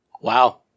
wow